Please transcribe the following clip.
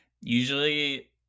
Usually